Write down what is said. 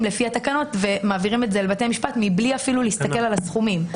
לפי התקנות ומעבירים את זה לבתי המשפט מבלתי להסתכל על הסכומים.